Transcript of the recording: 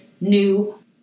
new